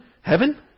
heaven